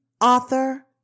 author